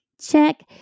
Check